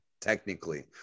technically